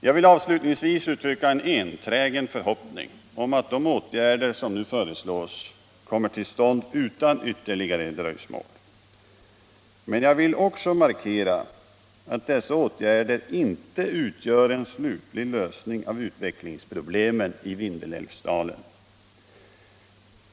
Jag vill avslutningsvis uttrycka en enträgen förhoppning om att de åtgärder som nu föreslås kommer till stånd utan ytterligare dröjsmål. Men jag vill också markera att dessa åtgärder inte utgör en slutlig lösning av utvecklingsproblemen i Vindelälvsdalen.